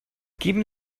geben